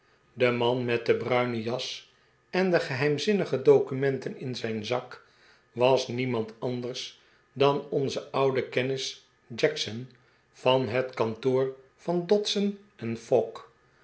de man met de bruine jas en de geheimzinnige documenten in zijn zak was niemand anders dan onze oude kennis jackson van het kantoor van dodson en fogg